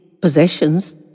possessions